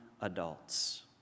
adults